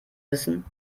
wissen